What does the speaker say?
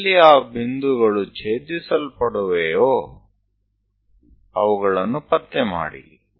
ಎಲ್ಲೆಲ್ಲಿ ಆ ಬಿಂದುಗಳು ಛೇದಿಸಲ್ಪಡುತ್ತವೆಯೋ ಅವುಗಳನ್ನು ಪತ್ತೆ ಮಾಡಿ